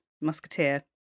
Musketeer